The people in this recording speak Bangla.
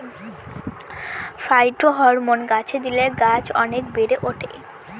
ফাইটোহরমোন গাছে দিলে গাছ অনেক বেড়ে ওঠে